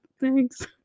thanks